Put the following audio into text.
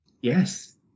Yes